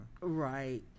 Right